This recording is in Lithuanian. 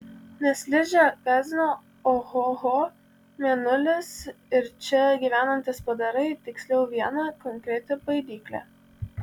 nes ližę gąsdino ohoho mėnulis ir čia gyvenantys padarai tiksliau viena konkreti baidyklė